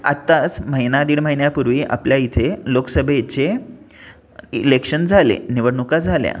आत्ताच महिना दीड महिन्यापूर्वी आपल्या इथे लोकसभेचे इलेक्शन झाले निवडणुका झाल्या